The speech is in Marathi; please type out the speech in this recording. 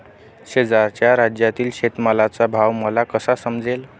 शेजारच्या राज्यातील शेतमालाचा भाव मला कसा समजेल?